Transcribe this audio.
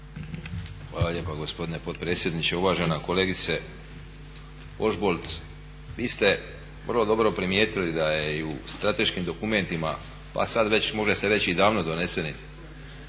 Hvala lijepa gospodine potpredsjedniče. Uvažena kolegice Ožbolt vi ste vrlo dobro primijetili da je i u strateškim dokumentima pa sad već može se reći i davno donesenim